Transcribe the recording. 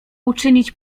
uczynić